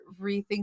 rethink